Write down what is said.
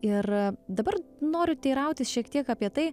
ir dabar noriu teirautis šiek tiek apie tai